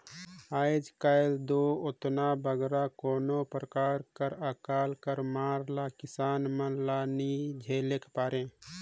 आएज काएल दो ओतना बगरा कोनो परकार कर अकाल कर मार ल किसान मन ल नी झेलेक परे